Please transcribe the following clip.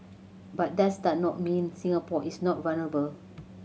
but that does not mean Singapore is not vulnerable